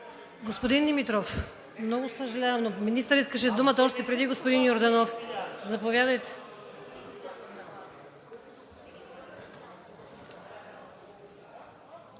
Господин Димитров, много съжалявам, но министърът искаше думата още преди господин Йорданов. Заповядайте.